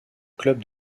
club